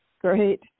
Great